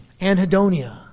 anhedonia